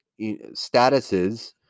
statuses